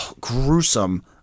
gruesome